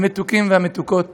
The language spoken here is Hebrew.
המתוקים והמתוקות